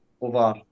over